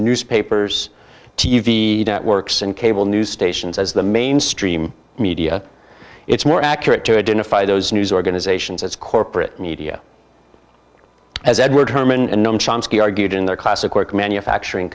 newspapers t v networks and cable news stations as the mainstream media it's more accurate to identify those news organizations as corporate media as edward herman and noam chomsky argued in their classic work manufacturing